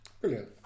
brilliant